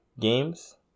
games